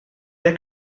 dai